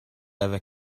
ever